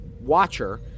watcher